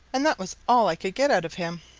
and that was all i could get out of him.